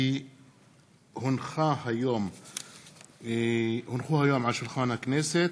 כי הונחו היום על שולחן הכנסת,